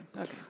Okay